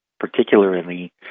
particularly